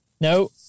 No